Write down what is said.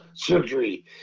surgery